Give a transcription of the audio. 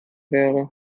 wäre